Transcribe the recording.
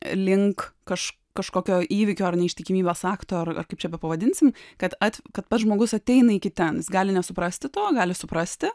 link kažko kažkokio įvykio ar neištikimybės akto ar kaip čia bepavadinsim kad kad pats žmogus ateina iki ten gali nesuprasti to gali suprasti